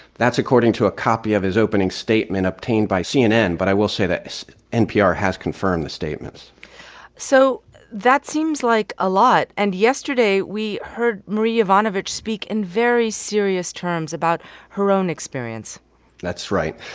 that's according to a copy of his opening statement obtained by cnn. but i will say this. npr has confirmed the statements so that seems like a lot. and yesterday, yesterday, we heard marie yovanovitch speak in very serious terms about her own experience that's right.